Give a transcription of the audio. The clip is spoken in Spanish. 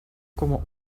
como